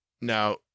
Now